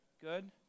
Good